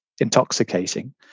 intoxicating